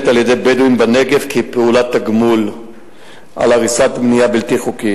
על-ידי בדואים בנגב כפעולת תגמול על הריסת בנייה בלתי חוקית.